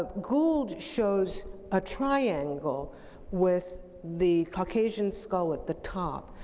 ah gould shows a triangle with the caucasian skull at the top.